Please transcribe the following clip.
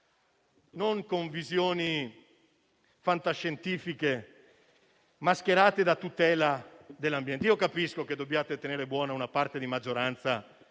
non con visioni fantascientifiche mascherate da tutela dell'ambiente. Io capisco che dobbiate tenere buona una parte di maggioranza, che